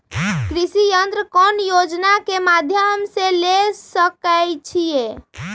कृषि यंत्र कौन योजना के माध्यम से ले सकैछिए?